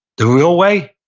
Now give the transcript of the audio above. the real way,